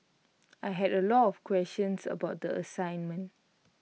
I had A lot of questions about the assignment